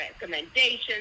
recommendations